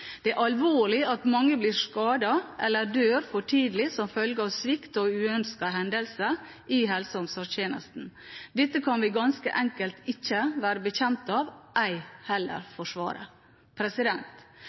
Det er alvorlig at mange blir skadet eller dør for tidlig som følge av svikt og uønskede hendelser i helse- og omsorgstjenesten. Dette kan vi ganske enkelt ikke være bekjent av, ei heller